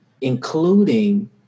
including